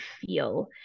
feel